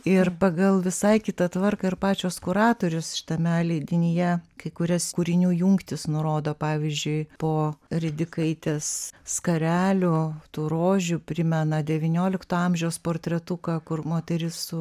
ir pagal visai kitą tvarką ir pačios kuratorės šitame leidinyje kai kurias kūrinių jungtis nurodo pavyzdžiui po ridikaitės skarelių tų rožių primena devyniolikto amžiaus portretuką kur moteris su